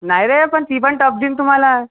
नाही रे पण ती पण टफ देईन तुम्हाला